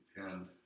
depend